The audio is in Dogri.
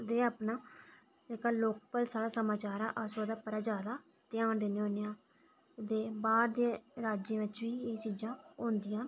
ते अपना जेह्के लोकल समाचार ऐ अस ओह्दे उप्पर गै जैदा ध्यान दिन्ने होन्ने आं ते बाह्र दे राज्यें बिच बी एह् चीजां होंदियां